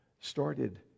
started